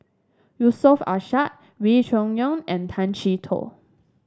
Yusof Ishak Wee Cho Yaw and Tay Chee Toh